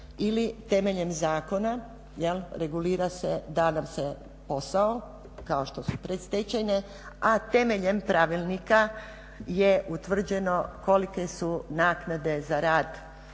temeljem zakona regulira se da nam se posao kao što su predstečajne, a temeljem pravilnika je utvrđeno kolike su naknade za rad,